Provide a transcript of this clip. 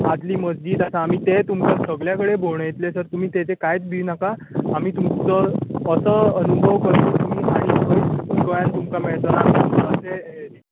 आदली मश्जीद आसा आमी तेच तुमका सगळ्या कडेन भोंवडयतले सर तुमी तेचें कांयच भिनाका आमी तुमचो असो अनुभव करतली आनी खंयच गोंयान तुमकां मेळचो ना अशें